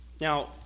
Now